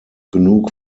genug